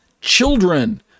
children